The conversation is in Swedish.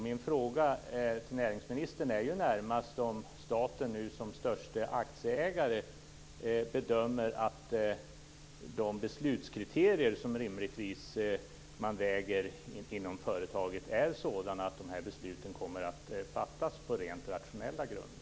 Min fråga till näringsministern är närmast om staten som störste aktieägare bedömer att beslutskriterierna inom företaget är sådana att besluten kommer att fattas på rent rationella grunder.